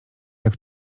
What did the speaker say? jak